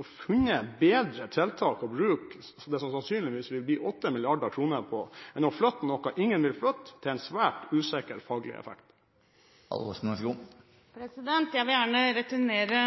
å finne bedre tiltak å bruke det som sannsynligvis vil bli 8 mrd. kr på, enn å flytte noe ingen vil flytte, og få en svært usikker faglig effekt? Jeg vil gjerne returnere